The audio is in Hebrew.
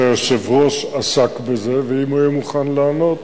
שהיושב-ראש עסק בזה, ואם הוא יהיה מוכן לענות,